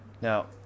Now